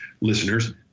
listeners